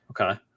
Okay